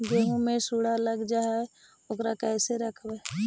गेहू मे सुरही लग जाय है ओकरा कैसे रखबइ?